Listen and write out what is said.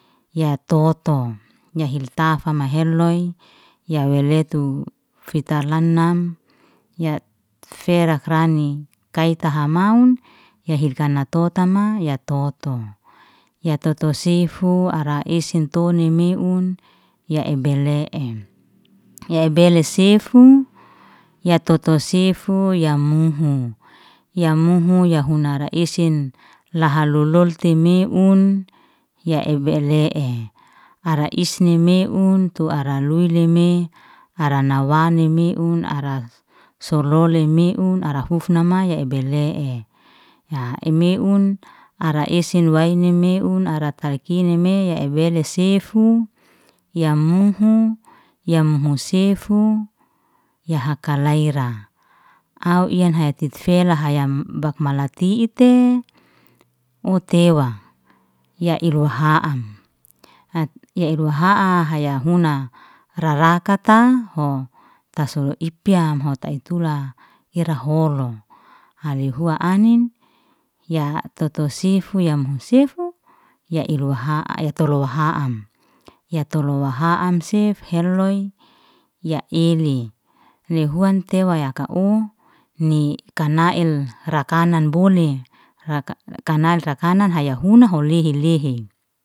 Ya toto ya hil tafam maheloy, ya weletu fitalanam ya ferak rani kai hata maun, ya hil kana totoma ya toto. Ya toto sefu ara esen toni emun ya ebele'em, ya embele sefu ya toto sifu ya muhu. Ya muhu ya huna ra esen laha lolol ti meun, ya ebele'e ara isne meun tu ara lui leme ara nawani meun, ara solili meun, ara huf nama'e ye ebele'e. Ya ei meun ara esen waine meun, ara takini me ya ebele sifu, ya muhu, yamu sefu, ya hakalayra, au ian hatti fela haya bak mala tite u tewa, ya ilu ha'am ya ilu ha'a haya hunara ra kataho ta solo ipyamho tai tula, ira holo, hali hua anin ya toto sifu yamhu sefu ya ilu ha'a, ya toru waha'am. Ya tolu waha'am sef heloy, ya hili, lew huan tewa yaka'o ni kana'el ra kanan bole rakana haya hunanho hili hili